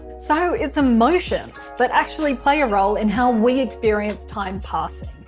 so it's emotions but actually play a role in how we experience time passing.